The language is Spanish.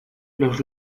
los